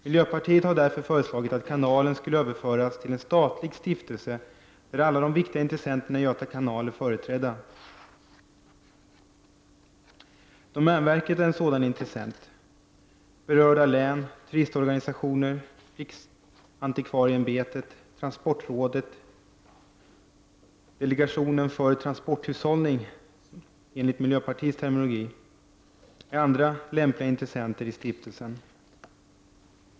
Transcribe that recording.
Miljöpartiet har därför föreslagit att kanalen skulle överföras till en statlig stiftelse, där alla de viktiga intressenterna i Göta kanal är företrädda. Domänverket är en sådan intressen. Berörda län, turistorganisationer, riksantikvarieämbetet, transportrådet — delegationen för transporthushållning enligt miljöpartiets terminologi — är andra lämpliga intressenter i stiftelsen.